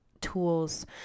tools